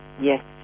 Yes